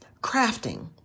crafting